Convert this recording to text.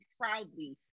proudly